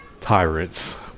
Tyrants